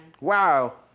Wow